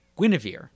Guinevere